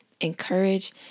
encourage